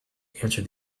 answered